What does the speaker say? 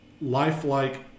lifelike